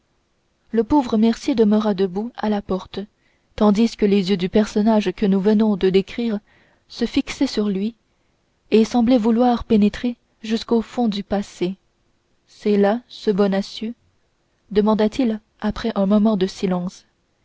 le pauvre mercier demeura debout à la porte tandis que les yeux du personnage que nous venons de décrire se fixaient sur lui et semblaient vouloir pénétrer jusqu'au fond du passé c'est là ce bonacieux demanda-t-il après un moment de silence